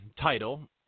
title